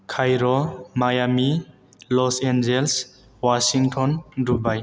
Cairo Miami Los Angeles Washington Dubai